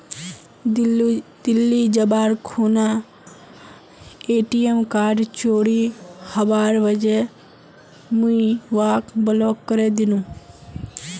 दिल्ली जबार खूना ATM card चोरी हबार वजह मुई वहाक ब्लॉक करे दिनु